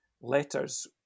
letters